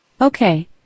Okay